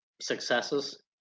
successes